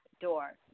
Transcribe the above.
door